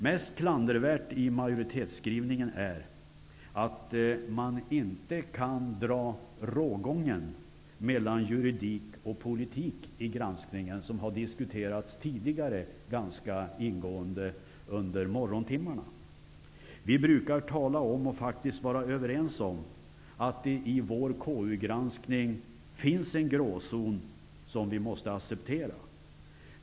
Mest klandervärt i majoritetsskrivningen är att man inte kan dra rågången mellan juridik och politik i granskningen, vilket har diskuterats här ganska ingående under morgontimmarna. Vi brukar tala om och faktiskt vara överens om att det i vår granskning i konstitutionsutskottet finns en gråzon som vi måste acceptera.